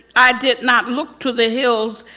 i did not look to the hills,